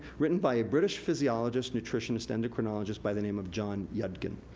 written by a british physiologist, nutritionist, endocrinologist, by the name of john yudkin.